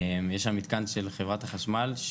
יש שם מתקן של חברת החשמל,